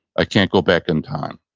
i can't go back in time.